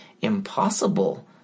impossible